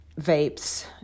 vapes